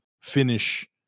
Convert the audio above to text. finish